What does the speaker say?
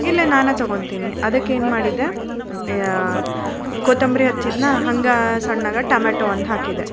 ಇಲ್ಲ ನಾನು ತೊಗೊಳ್ತೀನಿ ಅದಕ್ಕೇನು ಮಾಡಿದ್ದೆ ಕೊತ್ತಂಬರಿ ಹಚ್ಚಿದ್ನ ಹಂಗ ಸಣ್ಣಗ ಟಮೆಟೋ ಒಂದು ಹಾಕಿದ್ದೆ